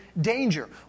danger